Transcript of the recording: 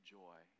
joy